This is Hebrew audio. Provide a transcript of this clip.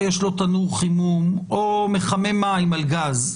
יש לו תנור חימום או מחמם מים על גז.